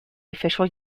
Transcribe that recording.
official